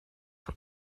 for